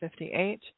58